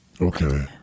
Okay